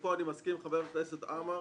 ופה אני מסכים עם חבר הכנסת עמאר